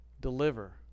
deliver